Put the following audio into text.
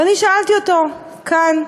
ואני שאלתי אותו כאן,